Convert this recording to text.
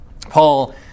Paul